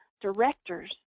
directors